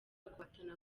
guhatana